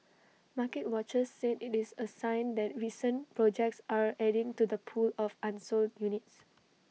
market watchers said IT is A sign that recent projects are adding to the pool of unsold units